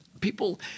people